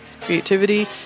Creativity